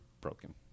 broken